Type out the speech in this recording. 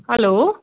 hello